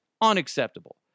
Unacceptable